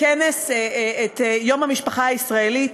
את יום המשפחה הישראלית,